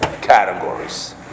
categories